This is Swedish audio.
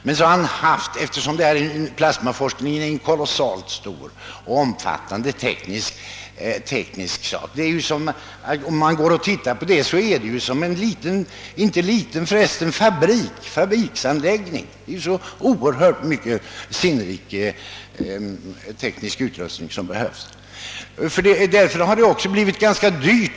Men eftersom plasmaforskningen är en kolossalt stor och om fattande teknisk forskning — forskningsinstitutet är nästan som en fabrik med mycken sinnrik utrustning — har forskningen blivit ganska dyr.